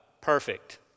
perfect